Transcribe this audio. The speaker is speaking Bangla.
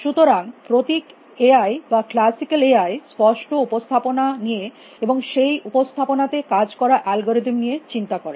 সুতরাং প্রতীক এ আই বা ক্লাসিকাল এ আই স্পষ্ট উপস্থাপনা নিয়ে এবং সেই উপস্থাপনাতে কাজ করা অ্যালগরিদম নিয়ে চিন্তা করে